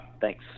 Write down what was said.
thanks